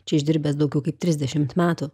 čia išdirbęs daugiau kaip trisdešimt metų